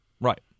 Right